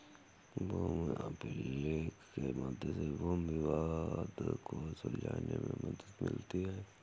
भूमि अभिलेख के मध्य से भूमि विवाद को सुलझाने में मदद मिलती है